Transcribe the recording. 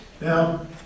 Now